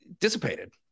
dissipated